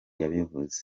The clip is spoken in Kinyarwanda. yabivuze